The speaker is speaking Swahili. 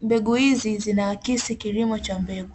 Mbegu hizi zinaakisi kilimo cha mbegu.